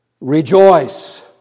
rejoice